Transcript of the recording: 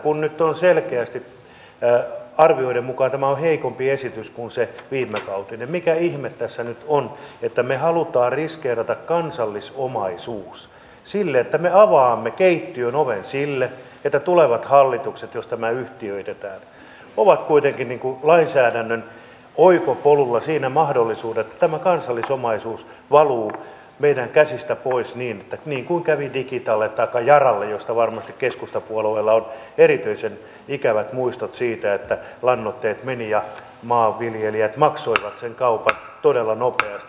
kun nyt selkeästi arvioiden mukaan tämä on heikompi esitys kuin se viimekautinen mikä ihme tässä nyt on että me haluamme riskeerata kansallisomaisuuden sillä että me avaamme keittiön oven sille että tulevien hallitusten aikana jos tämä yhtiöitetään on kuitenkin lainsäädännön oikopolulla siinä mahdollisuudet että tämä kansallisomaisuus valuu meidän käsistämme pois niin kuin kävi digitalle taikka yaralle josta varmasti keskustapuolueella on erityisen ikävät muistot siitä että lannoitteet menivät ja maanviljelijät maksoivat sen kaupan todella nopeasti